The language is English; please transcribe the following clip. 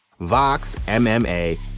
VoxMMA